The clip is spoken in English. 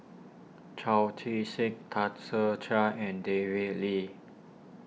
Chao Tzee Cheng Tan Ser Cher and David Lee